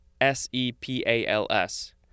s-e-p-a-l-s